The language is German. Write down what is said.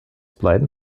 bleiben